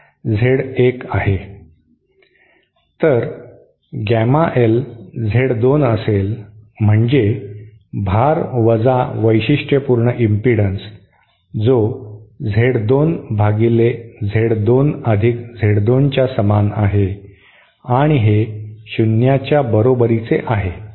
तर gamma L Z 2 असेल म्हणजे भार वजा वैशिष्ट्यपूर्ण इम्पिडन्स जो Z 2 भागिले Z 2 अधिक Z 2 च्या समान आहे आणि हे शून्याच्या बरोबरीचे आहे